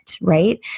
right